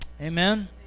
Amen